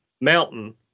mountain